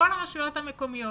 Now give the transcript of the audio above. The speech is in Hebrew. לכל הרשויות המקומיות